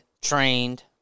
trained